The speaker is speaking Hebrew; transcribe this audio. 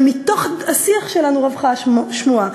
ומתוך השיח שלנו רווחה השמועה.